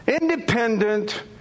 independent